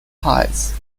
kites